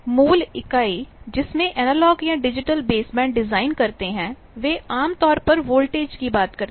मूल इकाई जिसमें एनालॉग या डिजिटल बेसबैंड डिजाइन करते हैं वे आम तौर पर वोल्टेज की बात करते हैं